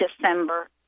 December